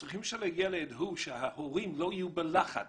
הצרכים של הילד הם שההורים לא יהיו בלחץ.